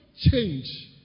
change